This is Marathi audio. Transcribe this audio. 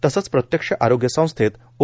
तसंच प्रत्यक्ष आरोग्य संस्थेत ओ